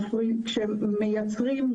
כשמייצרים,